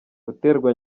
guterwa